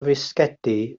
fisgedi